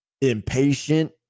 impatient